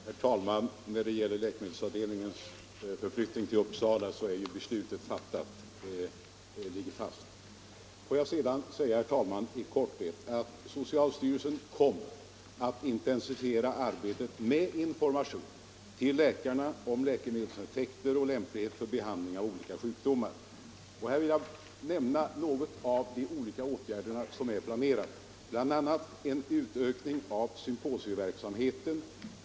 Herr talman! Beträffande läkemedelsavdelningens förflyttning till Uppsala är ju beslutet fattat. Det ligger fast. Socialstyrelsen kommer att intensifiera arbetet med information till läkarna om läkemedels effekter och lämplighet för behandling av olika sjukdomar. Här vill jag nämna något om olika åtgärder som är planerade. Det gäller bl.a. en utökning av symposieverksamheten.